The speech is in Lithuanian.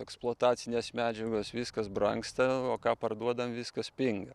eksploatacinės medžiagos viskas brangsta o ką parduodam viskas pinga